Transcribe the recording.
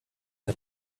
der